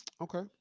Okay